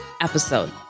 episode